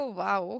wow